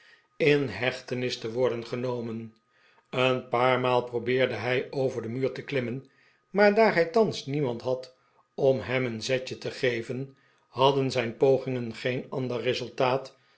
in hechtenis te worden genomen ben paar maal probeerde hij over den muur te klimmen maar daar hij thans niemand had om hem een zetje te geven hadden zijn pogingen geen ander resultaat